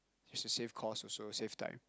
it's to save costs also save time